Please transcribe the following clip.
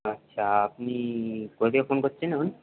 আচ্ছা আপনি কোথা থেকে ফোন করছেন এখন